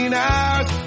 hours